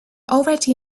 already